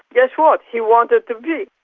guess what, he wanted to pee.